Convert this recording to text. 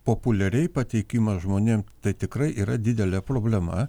populiariai pateikimas žmonėm tai tikrai yra didelė problema